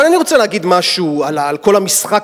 אבל אני רוצה להגיד משהו על כל המשחק